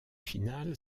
final